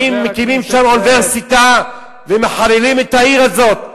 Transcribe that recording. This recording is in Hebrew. באים ומקימים שם אוניברסיטה ומחללים את העיר הזאת.